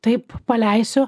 taip paleisiu